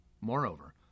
Moreover